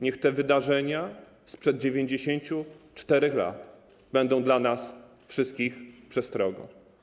Niech te wydarzenia sprzed 94 lat będą dla nas wszystkich przestrogą.